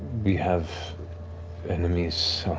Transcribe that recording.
we have enemies,